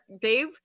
Dave